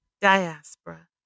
diaspora